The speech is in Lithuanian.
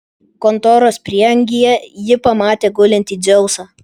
kontoros prieangyje ji pamatė gulintį dzeusą